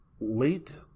late